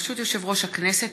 ברשות יושב-ראש הכנסת,